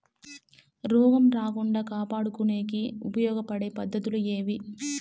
రోగం రాకుండా కాపాడుకునేకి ఉపయోగపడే పద్ధతులు ఏవి?